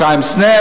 אפרים סנה,